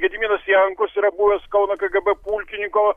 gediminas jankus yra buvęs kauno kgb pulkininko